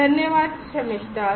धन्यवाद शमिष्ठा